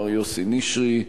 מר יוסי נשרי,